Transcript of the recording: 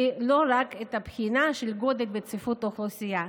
ולא רק את הבחינה של גודל וצפיפות האוכלוסייה.